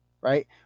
right